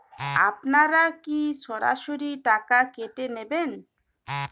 আপনারা কি সরাসরি টাকা কেটে নেবেন?